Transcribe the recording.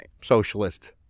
socialist